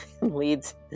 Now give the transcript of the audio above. leads